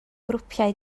grwpiau